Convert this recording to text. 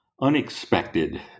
unexpected